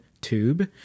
tube